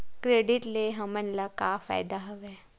Credit ले हमन ला का फ़ायदा हवय?